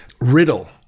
riddle